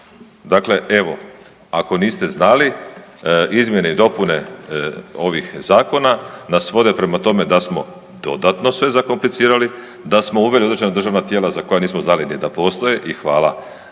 Dakle, evo, ako niste znali, izmjene i dopune ovih zakona nas vode prema tome da smo dodatno sve zakomplicirali, da smo uveli određena državna tijela za koja nismo znali ni da postoje i hvala